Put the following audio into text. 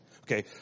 Okay